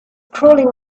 crawling